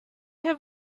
have